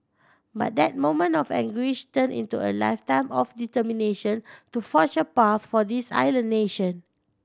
but that moment of anguish turned into a lifetime of determination to forge a path for this island nation